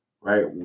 right